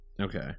Okay